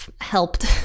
helped